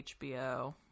HBO